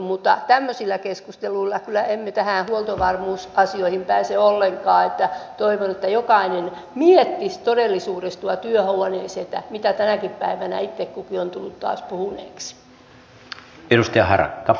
mutta tämmöisillä keskusteluilla kyllä emme näihin huoltovarmuusasioihin pääse ollenkaan ja toivon että jokainen miettisi todellisuudessa tuolla työhuoneessa mitä tänäkin päivänä itse kukin on tullut taas puhuneeksi